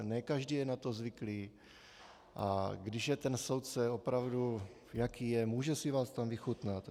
Ne každý je na to zvyklý, a když je soudce opravdu, jaký je, může si vás tam vychutnat.